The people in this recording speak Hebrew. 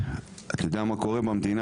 אתה יודע מה קורה במדינה?